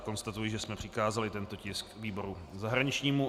Konstatuji, že jsme přikázali tento tisk výboru zahraničnímu.